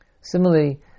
Similarly